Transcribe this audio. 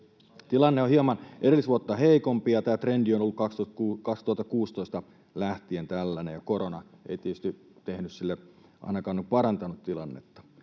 Tilanne on hieman edellisvuotta heikompi, ja tämä trendi on ollut 2016 lähtien tällainen, ja korona ei tietysti ainakaan ole parantanut